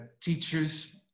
teachers